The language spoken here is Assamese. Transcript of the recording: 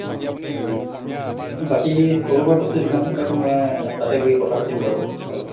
অঁ হেৰি বাকী সৰু সুৰা বস্তু যিমানখিনি লাগে মই তাতে গৈ কথা পাতিম বাৰু বাৰু